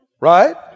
Right